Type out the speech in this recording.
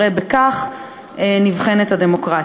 הרי בכך נבחנת הדמוקרטיה.